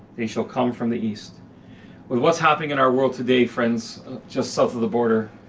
they shall come from the east. with what's happening in our world today, friends just south of the border.